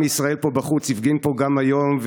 עם ישראל פה בחוץ, הפגין פה גם היום.